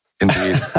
Indeed